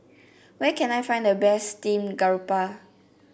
where can I find the best Steam Garoupa